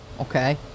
Okay